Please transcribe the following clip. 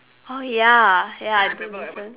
oh ya ya I do listen